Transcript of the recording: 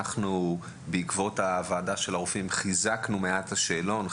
בעקבות הוועדה של הרופאים חיזקנו מעט את השאלון,